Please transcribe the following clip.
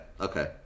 Okay